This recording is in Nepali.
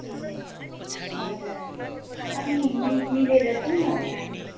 ए हजुर अनि मिस मिलेर जाउँ न अन्त हामी